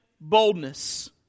boldness